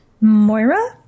Moira